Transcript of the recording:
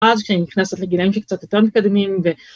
‫ואז כשהיא נכנסת לגילאים ‫שקצת יותר מתקדמים, ו